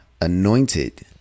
anointed